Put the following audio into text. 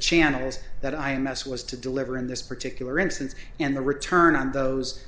channels that i m s was to deliver in this particular instance and the return on those